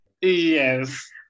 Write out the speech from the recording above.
Yes